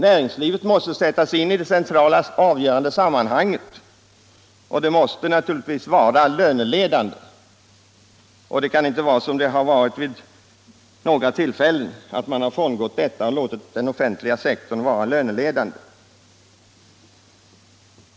Näringslivet måste sättas in i det centrala, avgörande sammanhanget och bli löneledande. Det får inte vara så som det varit vid några tillfällen att man låter den offentliga sektorn vara löneledande.